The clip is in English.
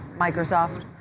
Microsoft